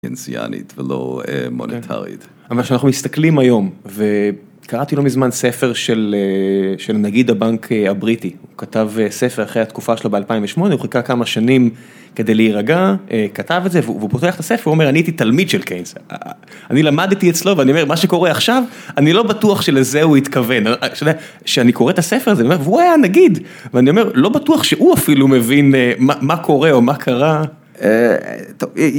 אינסיאנית ולא מוניטרית. אבל כשאנחנו מסתכלים היום, וקראתי לא מזמן ספר של נגיד הבנק הבריטי, הוא כתב ספר אחרי התקופה שלו ב-2008, הוא חיכה כמה שנים כדי להירגע, כתב את זה והוא פותח את הספר, והוא אומר, אני הייתי תלמיד של קיינס, אני למדתי אצלו ואני אומר, מה שקורה עכשיו, אני לא בטוח שלזה הוא התכוון. כשאני קורא את הספר הזה, והוא היה נגיד, ואני אומר, לא בטוח שהוא אפילו מבין מה קורה או מה קרה.